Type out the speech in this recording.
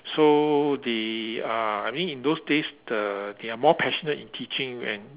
so they are I mean in those days the they are more passionate in teaching and